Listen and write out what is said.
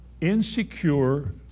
insecure